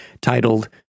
titled